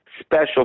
special